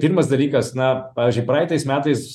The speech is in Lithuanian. pirmas dalykas na pavyzdžiui praeitais metais